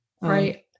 right